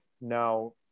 now